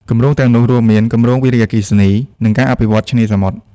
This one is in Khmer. គម្រោងទាំងនោះរួមមាន គម្រោងវារីអគ្គិសនី និងការអភិវឌ្ឍន៍ឆ្នេរសមុទ្រ។